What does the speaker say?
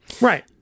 Right